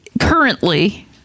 currently